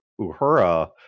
Uhura